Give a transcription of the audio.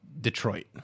Detroit